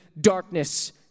darkness